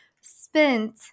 spent